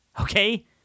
okay